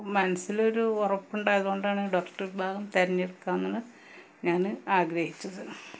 മനസ്സിലൊരു ഉറപ്പുണ്ടായതുകൊണ്ടാണ് ഡോക്ടര് ഭാഗം തെരഞ്ഞെടുക്കാമെന്ന് ഞാന് ആഗ്രഹിച്ചത്